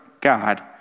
God